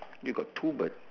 you got two bird